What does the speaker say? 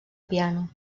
piano